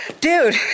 dude